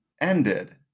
ended